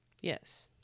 yes